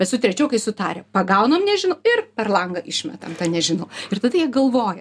bet su trečiokais sutarę pagaunam nežinau ir per langą išmetam tą nežinau ir tada jie galvoja